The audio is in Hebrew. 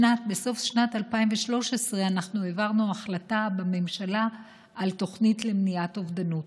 בסוף שנת 2013 אנחנו העברנו החלטה בממשלה על תוכנית למניעת אובדנות,